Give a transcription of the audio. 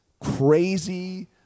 crazy